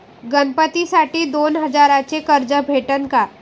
गणपतीसाठी दोन हजाराचे कर्ज भेटन का?